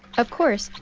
of course,